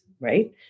right